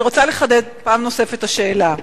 אני רוצה לחדד פעם נוספת את השאלה.